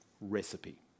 recipe